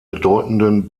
bedeutenden